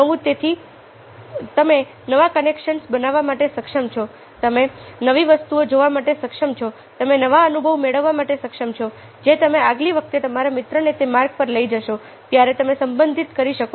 નવું તેથી તમે નવા કનેક્શન્સ બનાવવા માટે સક્ષમ છો તમે નવી વસ્તુઓ જોવા માટે સક્ષમ છો તમે નવા અનુભવો મેળવવા માટે સક્ષમ છો જે તમે આગલી વખતે તમારા મિત્રને તે માર્ગો પર લઈ જશો ત્યારે તમે સંબંધિત કરી શકો છો